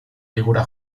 figura